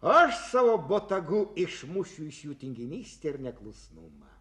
aš savo botagu išmušiu iš jų tinginystę ir neklusnumą